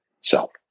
self